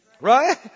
Right